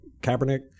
Kaepernick